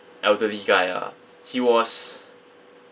elderly guy ah he was